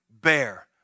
bear